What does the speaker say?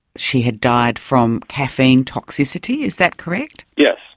she had died from caffeine toxicity, is that correct? yes.